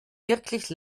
wirklich